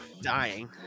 dying